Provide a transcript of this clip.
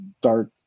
dark